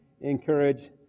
encourage